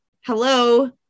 hello